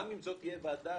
גם אם זאת תהיה ועדה